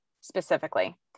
specifically